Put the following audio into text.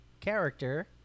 character